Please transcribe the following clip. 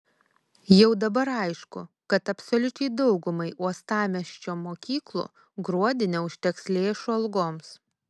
jau dabar aišku kad absoliučiai daugumai uostamiesčio mokyklų gruodį neužteks lėšų algoms